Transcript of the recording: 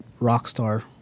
Rockstar